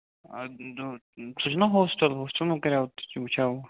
اَدٕ سُہ چھُناہ ہوسٹَل ہوسٹَل ما کَراو وُچھاو